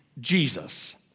Jesus